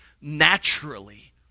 naturally